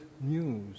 news